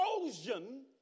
corrosion